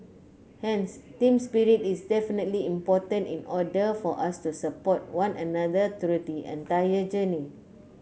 hence team spirit is definitely important in order for us to support one another through the entire journey